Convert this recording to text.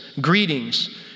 greetings